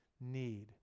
need